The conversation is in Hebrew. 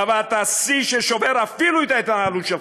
קבעת שיא ששובר אפילו את ההתנהלות שלך.